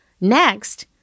next